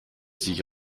sich